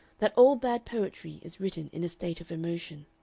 that all bad poetry is written in a state of emotion,